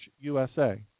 USA